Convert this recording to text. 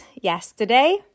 yesterday